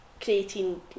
creating